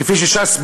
כפי שש"ס,